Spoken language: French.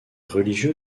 religieux